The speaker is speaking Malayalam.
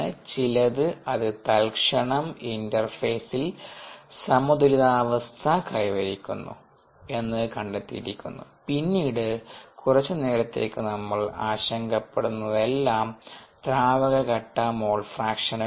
ചിലത് അത് തൽക്ഷണം ഇന്റർഫെയിസിൽ സമതുലിതാവസ്ഥ കൈവരിക്കുന്നു എന്ന് കണ്ടെത്തിയിരിക്കുന്നു പിന്നീട് കുറച്ചുനേരത്തേക്ക് നമ്മൾ ആശങ്കപ്പെടുന്നതെല്ലാം ദ്രാവക ഘട്ട മോൾഫ്രാക്ഷനുകളാണ്